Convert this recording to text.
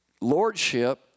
lordship